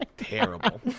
Terrible